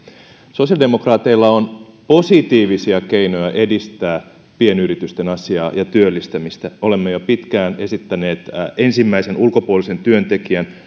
sosiaalidemokraateilla on positiivisia keinoja edistää pienyritysten asiaa ja työllistämistä olemme jo pitkään esittäneet ensimmäisen ulkopuolisen työntekijän